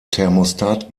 thermostat